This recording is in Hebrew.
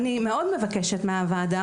אני מאוד מבקשת מהוועדה,